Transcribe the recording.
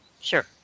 Sure